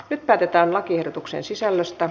nyt päätetään lakiehdotuksen sisällöstä